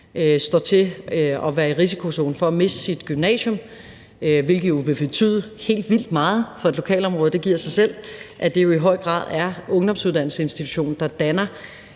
over for at være i risikozonen for at miste sit gymnasium, hvilket jo vil betyde helt vildt meget for et lokalområde; det giver sig selv. Det er jo i høj grad ungdomsuddannelsesinstitutionen, der danner